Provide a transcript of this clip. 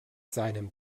seinem